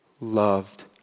loved